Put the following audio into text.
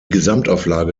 gesamtauflage